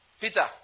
Peter